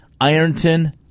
Ironton